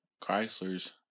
Chrysler's